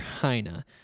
China